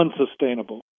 unsustainable